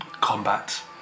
combat